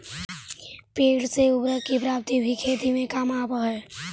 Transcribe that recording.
भेंड़ से उर्वरक की प्राप्ति भी खेती में काम आवअ हई